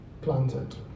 Planted